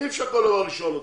אי-אפשר כל דבר לשאול אותם.